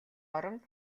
орон